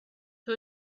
who